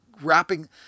wrapping